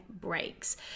breaks